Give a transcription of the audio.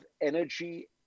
energy